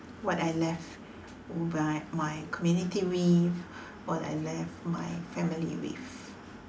what I left my my community with what I left my family with